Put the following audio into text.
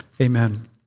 Amen